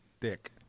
Dick